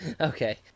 Okay